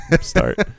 start